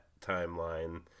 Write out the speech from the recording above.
timeline